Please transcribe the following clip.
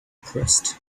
pressed